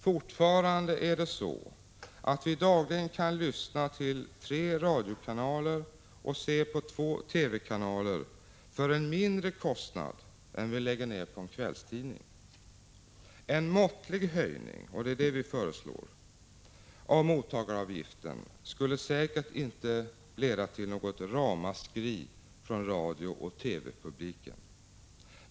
Fortfarande kan vi dagligen lyssna till tre radiokanaler och se på två TV-kanaler för en lägre kostnad än vi lägger ner på en kvällstidning. En måttlig höjning av mottagaravgiften, vilket vi föreslår, skulle säkert inte leda till något ramaskri från radiooch TV-publiken.